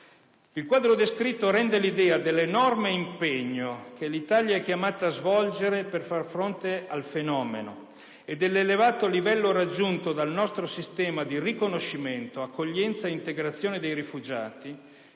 Il quadro descritto rende l'idea dell'enorme impegno che l'Italia è chiamata a svolgere per far fronte al fenomeno e dell'elevato livello raggiunto dal nostro sistema di riconoscimento, accoglienza ed integrazione dei rifugiati